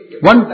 One